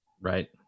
Right